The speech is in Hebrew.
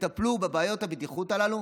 תטפלו בבעיות הבטיחות הללו